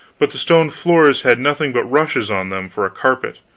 but the stone floors had nothing but rushes on them for a carpet,